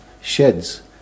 sheds